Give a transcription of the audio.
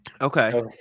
okay